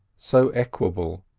so equable,